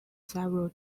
several